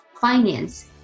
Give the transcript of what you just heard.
finance